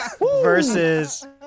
versus